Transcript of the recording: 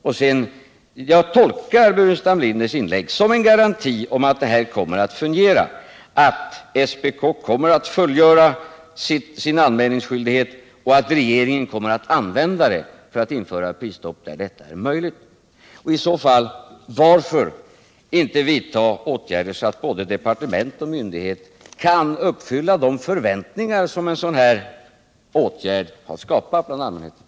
Jag tolkar emellertid herr Burenstam Linders inlägg som en garanti för att systemet kommer att fungera, att SPK kommer att fullgöra sin anmälningsskyldighet och att regeringen kommer att på basis av detta införa prisstopp där detta är möjligt. Men varför inte också vidta åtgärder så att både departement och myndighet kan uppfylla de förväntningar som anmälningsplikten har skapat bland allmänheten?